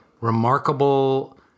remarkable